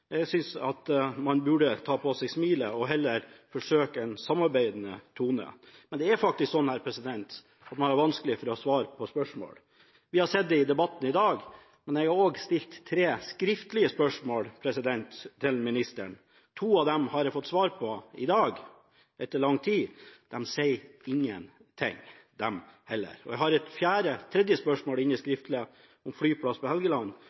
Jeg synes at man burde ta på seg smilet og heller forsøke en samarbeidende tone. Men det er faktisk sånn at man har vanskelig for å svare på spørsmål, vi har sett det i debatten i dag, men jeg har også stilt tre skriftlige spørsmål til ministeren. To av dem har jeg fått svar på i dag, etter lang tid, og de sier heller ingenting. Og jeg har et tredje skriftlig spørsmål inne, om flyplass på Helgeland,